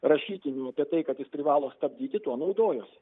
rašytinių apie tai kad jis privalo stabdyti tuo naudojosi